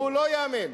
הוא לא ייאמן.